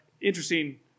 interesting